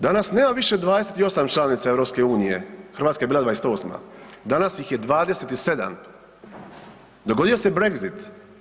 Danas nema više 28 članica EU, Hrvatska je bila 28., danas ih je 27., dogodio se Brexit.